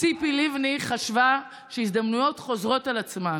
ציפי לבני חשבה שהזדמנויות חוזרות על עצמן,